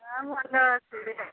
ହଁ ଭଲ ଅଛି